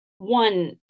One